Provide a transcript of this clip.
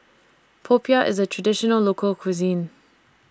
Popiah IS A Traditional Local Cuisine